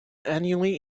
annually